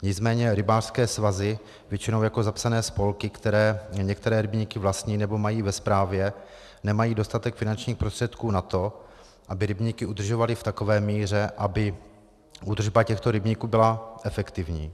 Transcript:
Nicméně rybářské svazy většinou jako zapsané spolky, které některé rybníky vlastní nebo mají ve správě, nemají dostatek finančních prostředků na to, aby rybníky udržovaly v takové míře, aby údržba těchto rybníků byla efektivní.